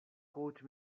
quote